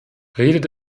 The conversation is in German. redet